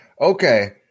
okay